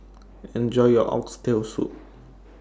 Enjoy your Oxtail Soup